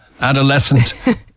adolescent